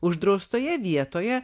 uždraustoje vietoje